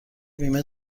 بیمه